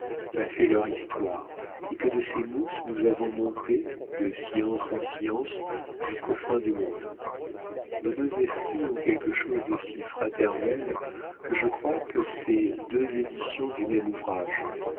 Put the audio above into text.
m'a fait leur histoire et que de ces mousses nous avons monté de science en science jusqu'aux fins du monde nos deux esprits ont quelque chose de si fraternel que je crois que c'est deux éditions du même ouvrage